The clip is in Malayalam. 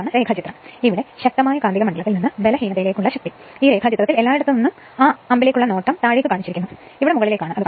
ഇതാണ് രേഖാചിത്രം ഇവിടെ ശക്തമായ കാന്തിക മണ്ഡലത്തിൽ നിന്ന് ബലഹീനതയിലേക്കുള്ള ശക്തി ഈ രേഖാചിത്രത്തിൽ എല്ലായിടത്തു നിന്ന് ആ അമ്പിലേക്കുള്ള നോട്ടം താഴേക്ക് കാണപ്പെടുന്നു ഇവിടെ അത് മുകളിലേക്ക് ആണ്